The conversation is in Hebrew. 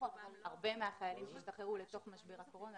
הרבה מהחיילים שהשתחררו לתוך משבר הקורונה,